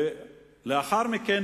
לאחר מכן,